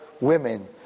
women